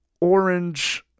orange